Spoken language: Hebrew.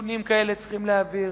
נתונים כאלה צריכים להעביר.